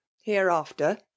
hereafter